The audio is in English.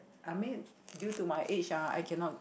I mean due to my age ah I cannot